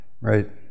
Right